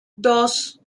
dos